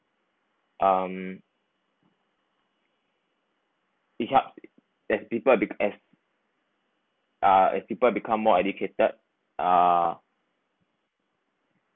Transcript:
um it help as people be~ as uh as people become more educated uh